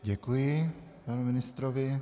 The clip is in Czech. Děkuji panu ministrovi.